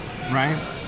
right